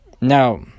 Now